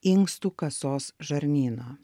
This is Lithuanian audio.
inkstų kasos žarnyno